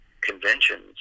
conventions